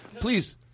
Please